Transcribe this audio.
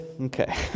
Okay